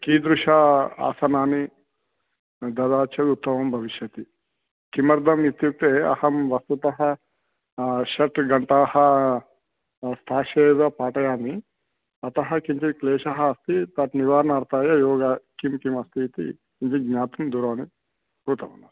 कीदृश आसनानि ददाति चेदुत्तमं भविष्यति किमर्थम् इत्युक्ते अहं वस्तुतः षट् घण्टाः स्थास्य एव पाठयामि अतः किञ्चित् क्लेशः अस्ति तद् निवारणार्थाय योगः किं किमस्तीति इति ज्ञातुं दूरवाणीं कृतवानस्मि